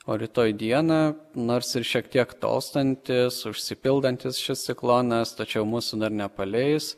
o rytoj dieną nors ir šiek tiek tolstantis užsipildantis šis ciklonas tačiau mūsų dar nepaleis